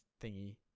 thingy